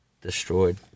destroyed